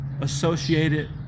associated